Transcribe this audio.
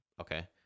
Okay